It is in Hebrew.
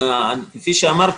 כפי שאמרתי,